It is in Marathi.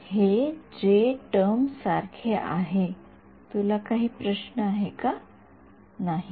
विद्यार्थीः हे जे टर्म सारखे आहे तुला काही प्रश्न आहे का नाही